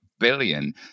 billion